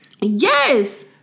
Yes